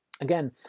Again